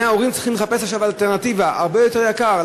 100 הורים צריכים לחפש עכשיו אלטרנטיבה הרבה יותר יקרה.